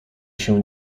się